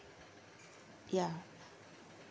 ya